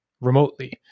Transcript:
remotely